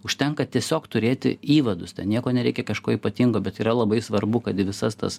užtenka tiesiog turėti įvadus ten nieko nereikia kažko ypatingo bet yra labai svarbu kad į visas tas